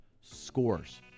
scores